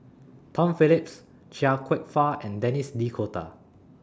Tom Phillips Chia Kwek Fah and Denis D'Cotta